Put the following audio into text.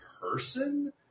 person